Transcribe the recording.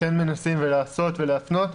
כן מנסים לעשות ולהפנות,